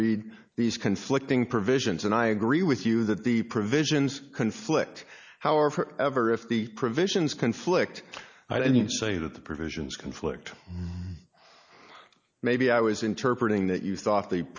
read these conflicting provisions and i agree with you that the provisions conflict hower for ever if the provisions conflict i didn't say that the provisions conflict maybe i was interpret in that you thought the